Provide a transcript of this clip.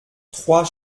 trois